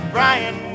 Brian